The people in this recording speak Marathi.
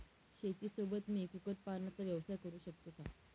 शेतीसोबत मी कुक्कुटपालनाचा व्यवसाय करु शकतो का?